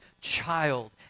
child